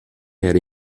era